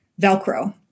Velcro